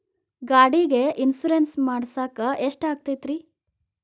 ಗಾಡಿಗೆ ಇನ್ಶೂರೆನ್ಸ್ ಮಾಡಸಾಕ ಎಷ್ಟಾಗತೈತ್ರಿ?